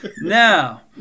Now